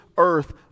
earth